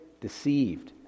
deceived